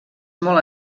molt